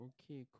Okay